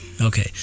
Okay